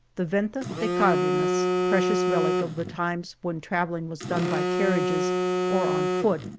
the venta de cardenas, precious relic of the times when travelling was done by car riages or on foot,